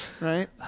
Right